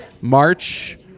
March